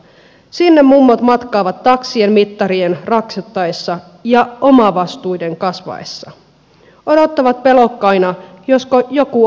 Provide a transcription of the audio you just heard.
sinne mummot matkaavat taksien mittarien raksuttaessa ja omavastuiden kasvaessa odottavat pelokkaina josko joku ohjaisi eteenpäin